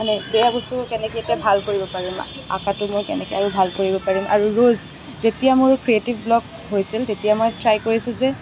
মানে বেয়া বস্তুবোৰ কেনেকৈ এতিয়া ভাল কৰিব পাৰোঁ মই অঁকাটো মই কেনেকৈ আৰু ভাল কৰিব পাৰোঁ আৰু যেতিয়া মোৰ ক্ৰিয়েটিভ ব্লক হৈছিল তেতিয়া মই ট্ৰাই কৰিছোঁ যে